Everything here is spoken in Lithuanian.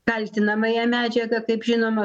kaltinamąją medžiaga kaip žinom